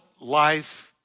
life